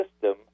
system